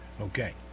Okay